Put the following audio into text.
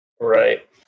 Right